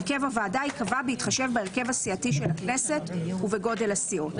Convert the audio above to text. הרכב הוועדה ייקבע בהתחשב בהרכב הסיעתי של הכנסת ובגודל הסיעות.